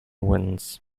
winds